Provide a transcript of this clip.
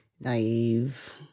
naive